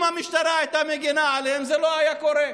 אם המשטרה הייתה מגינה עליהם זה לא היה קורה.